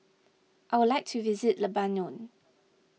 I would like to visit Lebanon